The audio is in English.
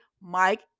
Mike